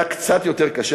היה קצת יותר קשה,